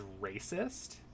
racist